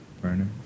burner